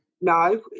no